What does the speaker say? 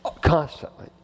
Constantly